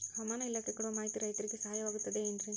ಹವಮಾನ ಇಲಾಖೆ ಕೊಡುವ ಮಾಹಿತಿ ರೈತರಿಗೆ ಸಹಾಯವಾಗುತ್ತದೆ ಏನ್ರಿ?